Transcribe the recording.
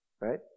right